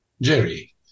jerry